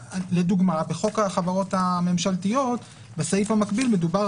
למשל, בחוק החברות הממשלתיות בסעיף המקביל מדובר